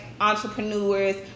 entrepreneurs